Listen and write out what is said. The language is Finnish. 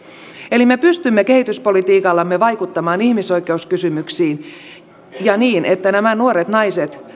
eli me pystymme kehityspolitiikallamme vaikuttamaan ihmisoikeuskysymyksiin niin että nämä nuoret naiset